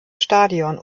stadion